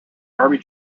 army